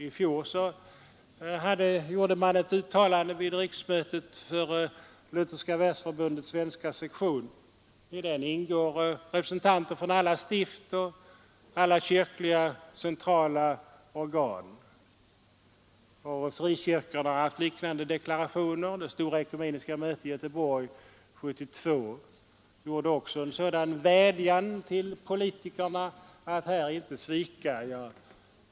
I fjol gjorde man ett uttalande vid riksmötet för Lutherska världsförbundets svenska sektion. I den ingår representanter för alla stift och alla kyrkliga och centrala organ. Frikyrkorna har gjort liknande deklarationer, och det stora ekumeniska mötet i Göteborg 1972 riktade också en vädjan till politikerna att de inte skulle svika.